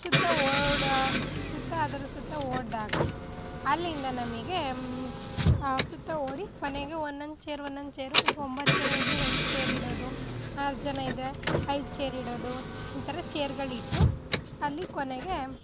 ಸುತ್ತ ಓಡೋ ಸುತ್ತ ಅದರ ಸುತ್ತ ಓಡಿದಾಗ ಅಲ್ಲಿಂದ ನಮಗೆ ಆ ಸುತ್ತ ಓಡಿ ಕೊನೆಗೆ ಒಂದೊಂದು ಚೇರು ಒಂದೊಂದು ಚೇರು ಈಗ ಒಂಬತ್ತು ಜನ ಇದ್ದರೆ ಹೆಂಟ್ ಚೇರ್ ಇಡೋದು ಆರು ಜನ ಇದ್ದರೆ ಐದು ಚೇರ್ ಇಡೋದು ಈ ಥರ ಚೇರ್ಗಳಿಟ್ಟು ಅಲ್ಲಿ ಕೊನೆಗೆ